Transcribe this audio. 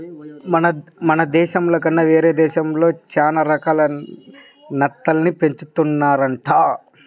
మన దేశంలో కన్నా వేరే దేశాల్లో చానా రకాల నత్తల్ని పెంచుతున్నారంట